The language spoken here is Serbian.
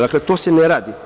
Dakle, to se ne radi.